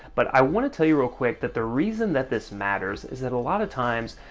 but i want to tell you, real quick, that the reason that this matters is that, a lot of times,